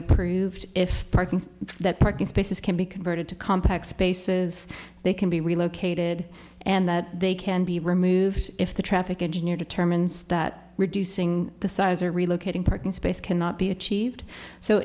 approved if parking in that parking spaces can be converted to compact spaces they can be relocated and that they can be removed if the traffic engineer determines that reducing the size or relocating parking space cannot be achieved so